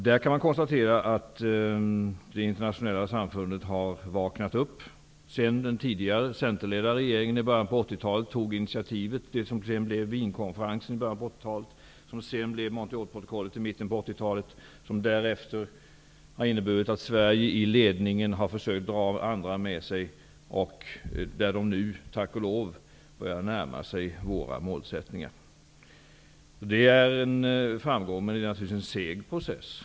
Man kan här konstatera att det internationella samfundet har vaknat upp sedan den tidigare centerledda regeringen i början på 80-talet tog det initiativ som sedan ledde till Wienkonferensen och Wienkonventionen i början på 80-talet, som sedan utvecklades till Montrealprotokollet i mitten av 80 talet. Därefter har Sverige i ledningen försökt att dra andra med sig, och man börjar nu tack och lov närma sig våra målsättningar. Det är en framgång, men det är en seg process.